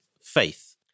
faith